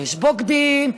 יש בוגדים,